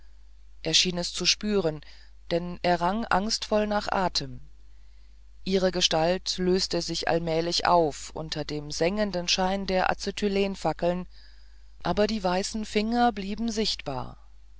schien es zu spüren denn er rang angstvoll nach atem ihre gestalt löste sich allmählich auf unter dem sengenden schein der acetylenfackeln aber die weißen finger blieben unsichtbar